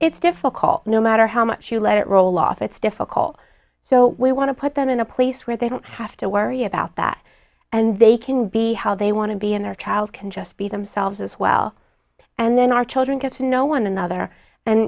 it's difficult no matter how much you let it roll off it's difficult so we want to put them in a place where they don't have to worry about that and they can be how they want to be in their child can just be themselves as well and then our children get to know one another and